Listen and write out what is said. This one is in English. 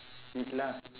eat lah